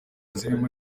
zirimo